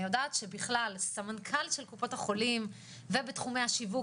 אני יודעת שבכלל סמנכ"ל של קופות החולים ובתחומי השיווק,